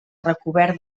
recobert